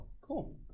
Cool